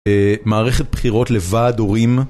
מערכת בחירות לוועד הורים